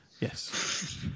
Yes